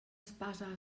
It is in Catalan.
espasa